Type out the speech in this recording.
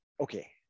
Okay